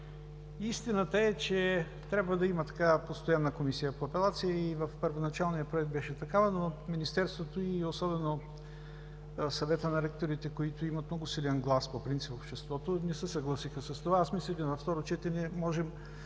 Истината е, че трябва да има постоянна комисия по апелация. В първоначалния проект беше такава, но Министерството и особено Съветът на ректорите, които имат много силен глас по принцип в обществото, не се съгласиха с това. Мисля, че на второ четене можем